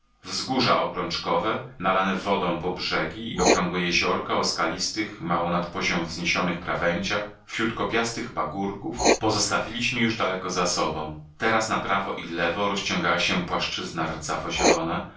wzgórza obrączkowe nalane wodą po brzegi i okrągłe jeziorka o skalistych mało nad poziom wzniesionych krawędziach wśród kopiastych pagórków pozostawiliśmy już daleko za sobą teraz na prawo i lewo rozciągała się płaszczyzna rdzawo zielona od